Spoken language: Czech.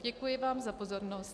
Děkuji vám za pozornost.